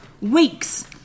weeks